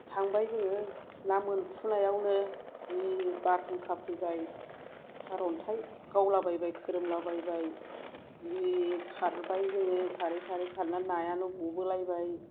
थांबाय जोङो ना मोनफुनायावनो जि बारहुंखा फैबाय सार'न्थाइ गावलाबायबाय खोरोमलाबायबाय जि खारबाय जोङो खारै खारै खारना नायानो गबोलायबाय